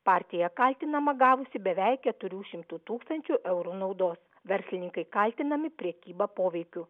partija kaltinama gavusi beveik keturių šimtų tūkstančių eurų naudos verslininkai kaltinami prekyba poveikiu